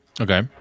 Okay